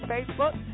Facebook